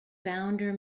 founder